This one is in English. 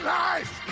life